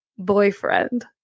Boyfriend